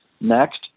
Next